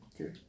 Okay